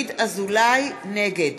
נגד